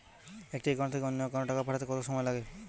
একটি একাউন্ট থেকে অন্য একাউন্টে টাকা পাঠাতে কত সময় লাগে?